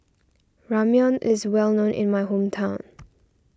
Ramyeon is well known in my hometown